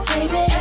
Baby